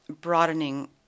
broadening